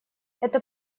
это